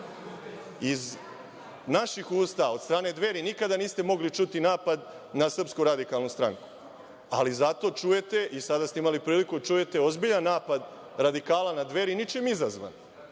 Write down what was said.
naših usta, od strane Dveri, nikada niste mogli čuti napad na SRS, ali zato čujete, i sada ste imali priliku da čujete, ozbiljan napad radikala na Dveri ničim izazvan.